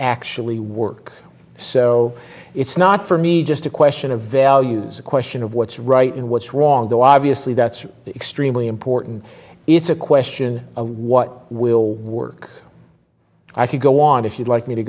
actually work so it's not for me just a question of values a question of what's right and what's wrong though obviously that's extremely important it's a question of what will work i could go on if you'd like me to